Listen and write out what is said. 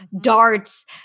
darts